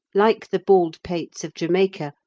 like the bald-pates of jamaica,